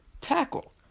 tackle